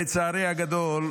לצערי הגדול,